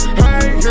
hey